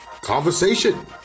Conversation